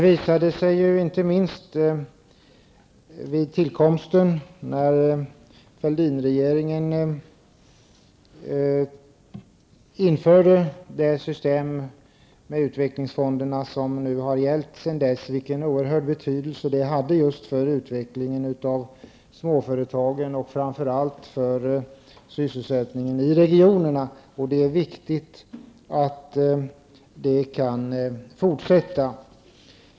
Systemet med utvecklingsfonder tillkom under Fälldinregeringen. Det har visat sig vilken oerhörd betydelse det har haft för utvecklingen av småföretagen och framför allt för sysselsättningen i regionerna. Det är viktigt att det kan fortsätta.